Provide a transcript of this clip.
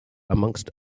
amongst